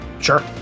Sure